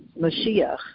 Mashiach